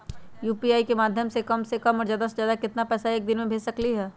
UPI के माध्यम से हम कम से कम और ज्यादा से ज्यादा केतना पैसा एक दिन में भेज सकलियै ह?